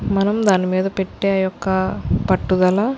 మనం దానిమీద పెట్టే యొక్క పట్టుదల